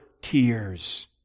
tears